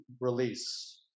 release